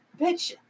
Bitch